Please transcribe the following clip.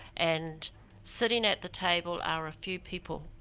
and sitting at the table are a few people,